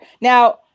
Now